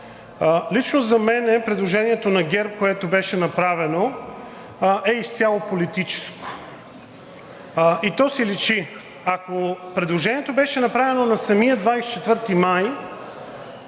Лично за мен предложението на ГЕРБ, което беше направено, е изцяло политическо, и то си личи. Ако предложението беше направено на самия 24 май